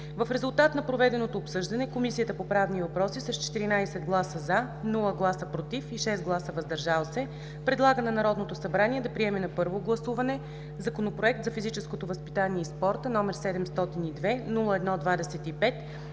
В резултат на проведеното обсъждане Комисията по правни въпроси с 14 гласа „за”, 0 гласа „против“ и 6 гласа „въздържал се” предлага на Народното събрание да приеме на първо гласуване Законопроект за физическото възпитание и спорта, № 702-01-25,